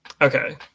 Okay